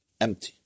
Empty